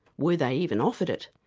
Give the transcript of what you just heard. were they even offered it?